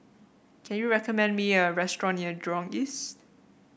can you recommend me a restaurant near Jurong East